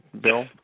Bill